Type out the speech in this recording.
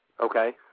Okay